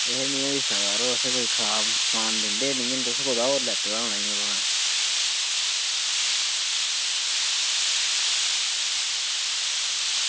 एह् निं होई सकदा यरो असें कोई खराब समान दिंदे निं हैन तुसें कोई होर दा लैते दा होना ई